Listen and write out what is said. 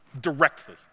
directly